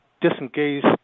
disengaged